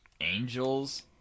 Angels